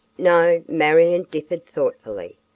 no, marion differed thoughtfully.